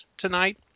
tonight